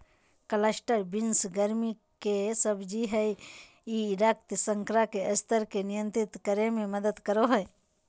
cluster beans गर्मि के सब्जी हइ ई रक्त शर्करा के स्तर के नियंत्रित करे में मदद करो हइ